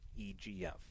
EGF